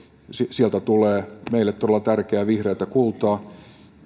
sieltä tulee meille todella tärkeää vihreätä kultaa